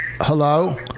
Hello